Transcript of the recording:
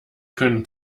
können